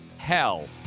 hell